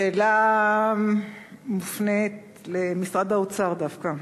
השאלה מופנית למשרד האוצר דווקא.